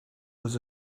was